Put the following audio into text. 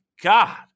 god